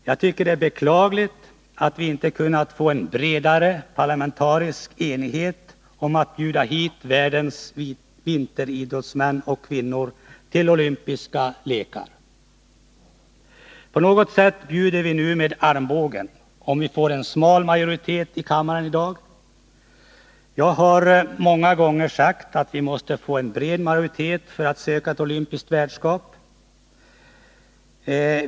Jag tycker att det är beklagligt att vi inte kunnat få en bredare parlamentarisk enighet om att bjuda hit världens vinteridrottsmän och kvinnor till olympiska lekar. På något sätt bjuder vi nu med armbågen, om vi får en smal majoritet i kammaren i dag. Jag har många gånger sagt att vi måste få en bred majoritet för att söka ett olympiskt värdskap.